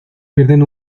pierden